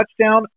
touchdown